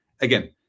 again